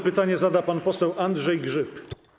Pytanie zada pan poseł Andrzej Grzyb.